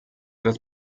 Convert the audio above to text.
das